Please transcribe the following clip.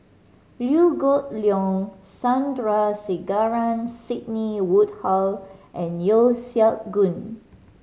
Liew Geok Leong Sandrasegaran Sidney Woodhull and Yeo Siak Goon